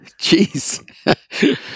Jeez